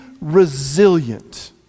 resilient